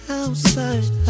outside